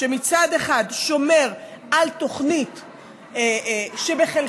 שמצד אחד שומר על תוכנית שבחלקה,